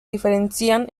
diferencian